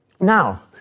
Now